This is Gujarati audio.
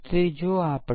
હવે ચાલો જવાબ જોઈએ